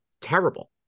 terrible